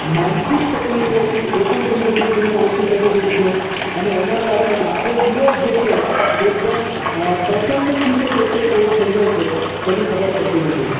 માનસિક તકલીફો હતી એ પણ ધીમે ધીમે ધીમે ઓછી થતી ગઈ છે અને એનાં કારણે આખો દિવસ જે છે એ એકદમ પ્રસન્ન ચિત્તે જે છે એ પૂરો થઈ જાય છે તેની ખબર પડતી નથી